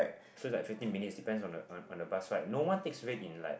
so it's like fifteen minutes depends on the on on the bus ride no one takes red in like